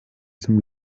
zum